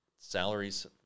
salaries